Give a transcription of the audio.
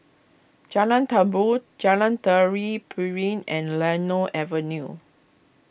Jalan Tambur Jalan Tari Piring and Lennor Avenue